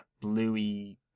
bluey